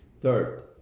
Third